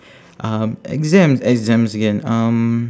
um exams exams again um